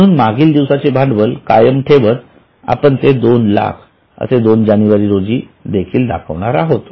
म्हणून मागील दिवसाचे भांडवल कायम ठेवत आपण ते दोन लाख असे दोन जानेवारी रोजी देखील दाखवणार आहोत